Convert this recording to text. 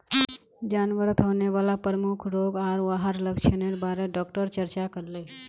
जानवरत होने वाला प्रमुख रोग आर वहार लक्षनेर बारे डॉक्टर चर्चा करले